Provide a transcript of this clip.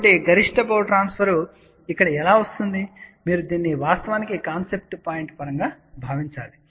కాబట్టి గరిష్ట power transfer ఇక్కడ ఎలా వస్తుంది మీరు దీన్ని వాస్తవానికి కాన్సెప్ట్ పాయింట్ పరంగా భావించాలి